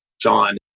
John